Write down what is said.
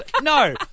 no